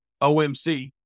OMC